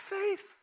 faith